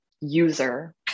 user